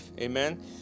Amen